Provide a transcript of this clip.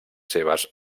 seves